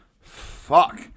Fuck